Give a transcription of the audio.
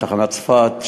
תחנת צפת,